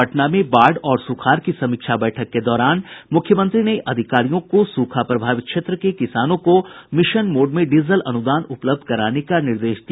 पटना में बाढ़ और सुखाड़ की समीक्षा बैठक के दौरान मुख्यमंत्री ने अधिकारियों को सूखा प्रभावित क्षेत्र के किसानों को मिशन मोड में डीजल अनुदान उपलब्ध कराने का निर्देश दिया